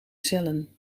cellen